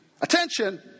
attention